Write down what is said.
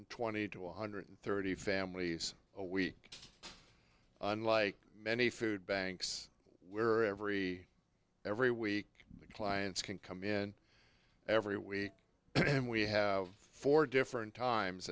twenty to one hundred thirty families a week unlike many food banks where every every week clients can come in every week and we have four different times